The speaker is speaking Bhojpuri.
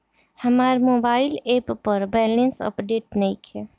हमार मोबाइल ऐप पर बैलेंस अपडेट नइखे